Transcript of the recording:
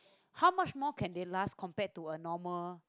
how much more can they last compared to a normal